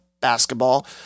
basketball